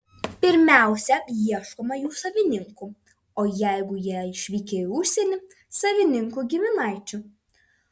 pirmiausia ieškoma jų savininkų o jeigu jie išvykę į užsienį savininkų giminaičių